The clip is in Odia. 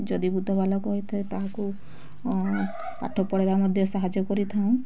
ଯଦି ବୁଧବାଲା କହିଥାଏ ତାହାକୁ ପାଠ ପଢ଼ିବା ମଧ୍ୟ ସାହାଯ୍ୟ କରିଥାଉ